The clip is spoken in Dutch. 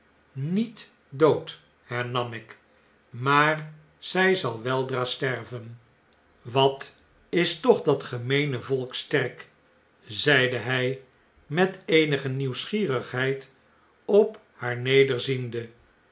met dood hernam ik s rnaar zjj zal weldra sterven wat is toch dat gemeene volk sterk zeide hij met eenige nieuwsgierigheid op